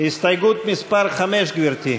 הסתייגות מס' 5, גברתי.